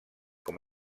com